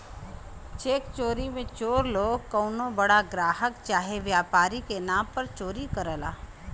check चोरी मे चोर लोग कउनो बड़ा ग्राहक चाहे व्यापारी के नाम पर चोरी करला